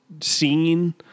scene